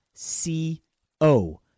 c-o